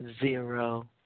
Zero